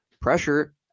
pressure